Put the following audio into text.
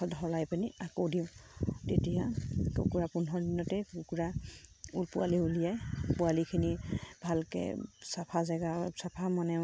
সলাই পিনি আকৌ দিওঁ তেতিয়া কুকুৰা পোন্ধৰ দিনতে কুকুৰা পোৱালি উলিয়াই পোৱালিখিনি ভালকৈ চাফা জেগা চাফা মানে